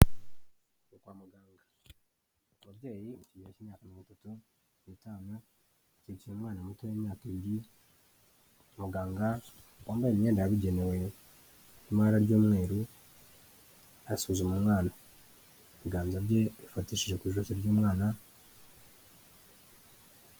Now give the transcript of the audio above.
Yagiye kwa muganga. Umubyeyi uri mu kigero cy'imyaka mirongo itatu n'itanu, akikiye umwana mutoya w'imyaka ibiri, muganga wambaye imyenda yabigenewe irimo ibara ry'umweru, arasuzuma umwana. Ibiganza bye yabifatishije ku ijosho ry'umwana.